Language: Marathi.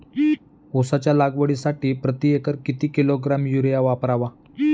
उसाच्या लागवडीसाठी प्रति एकर किती किलोग्रॅम युरिया वापरावा?